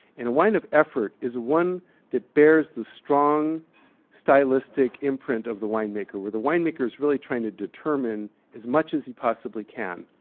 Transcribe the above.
and a wine of effort is one that bears the strong stylistic imprint of the winemaker, where the winemaker winemaker is really trying to determine as much as he possibly can.